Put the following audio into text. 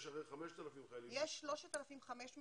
יש הרי 5,000 חיילים.